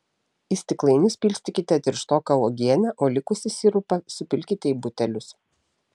į stiklainius pilstykite tirštoką uogienę o likusį sirupą supilkite į butelius